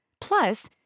Plus